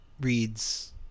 reads